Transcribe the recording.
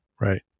right